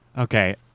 okay